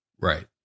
Right